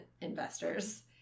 investors